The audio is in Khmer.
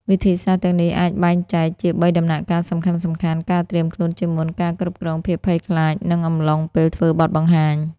វិធីសាស្ត្រទាំងនេះអាចបែងចែកជាបីដំណាក់កាលសំខាន់ៗ ការត្រៀមខ្លួនជាមុន ការគ្រប់គ្រងភាពភ័យខ្លាច និងអំឡុងពេលធ្វើបទបង្ហាញ។